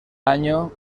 año